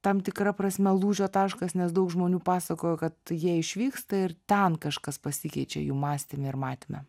tam tikra prasme lūžio taškas nes daug žmonių pasakojo kad tai jie išvyksta ir ten kažkas pasikeičia jų mąstyme ir matyme